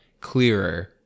clearer